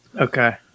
Okay